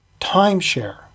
Timeshare